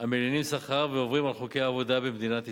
המלינים שכר ועוברים על חוקי העבודה במדינת ישראל.